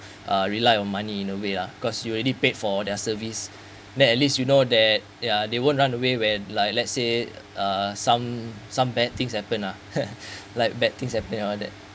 uh rely on money in a way lah cause you already paid for their service then at least you know that ya they won't run away where like let's say uh some some bad things happen ha like bad things happen and all that